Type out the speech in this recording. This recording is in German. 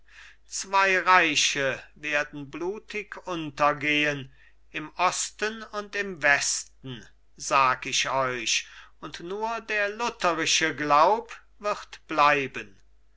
zwei reiche werden blutig untergehen im osten und im westen sag ich euch und nur der lutherische glaub wird bleiben